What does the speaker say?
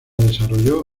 desarrolló